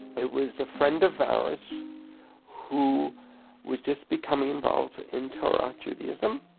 it was a friend of ours who was just becoming involved in torah, judaism,